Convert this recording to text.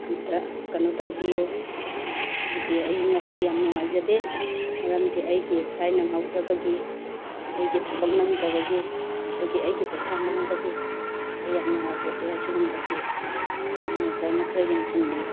ꯑꯃꯇ ꯀꯩꯅꯣ ꯇꯧꯕꯤꯌꯨ ꯍꯥꯏꯗꯤ ꯑꯩ ꯉꯁꯤ ꯌꯥꯝ ꯅꯨꯡꯉꯥꯏꯖꯗꯦ ꯃꯔꯝꯗꯤ ꯑꯩꯒꯤ ꯐ꯭ꯂꯥꯏꯠ ꯅꯪꯍꯧꯗꯕꯒꯤ ꯑꯩꯒꯤ ꯊꯕꯛ ꯅꯪꯗꯕꯒꯤ ꯑꯗꯒꯤ ꯑꯩꯒꯤ ꯄꯩꯁꯥ ꯃꯥꯡꯕꯒꯤ ꯑꯩ ꯌꯥꯝ ꯅꯨꯡꯉꯥꯏꯖꯗꯦ ꯑꯁꯤꯒꯨꯝꯕꯁꯤ ꯃꯦꯅꯦꯖꯔꯅ ꯈꯔ ꯌꯦꯡꯁꯤꯟꯕꯤꯌꯨ